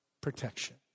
protection